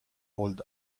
old